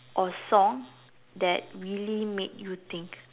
or song that really made you think